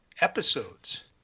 episodes